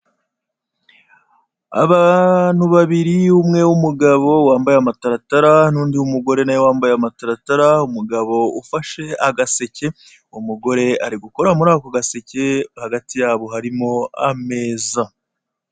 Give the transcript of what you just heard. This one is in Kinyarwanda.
Abantu babiri umwe w'umugabo umwe w'umugabo wambaye amataratara, umugabo ufashe agaseke umugore ari gukora muri ako gaseke, hagati yabo harimo ameza.